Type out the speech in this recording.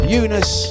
Eunice